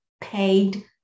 paid